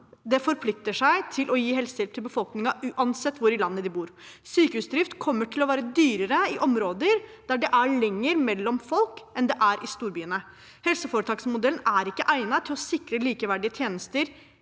plikter å gi helsehjelp til befolkningen uansett hvor i landet de bor. Sykehusdrift kommer til å være dyrere i områder der det er lenger mellom folk enn det er i storbyene. Helseforetaksmodellen er ikke egnet til å sikre likeverdige tjenester